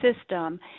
system